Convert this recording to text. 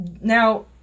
Now